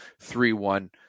three-one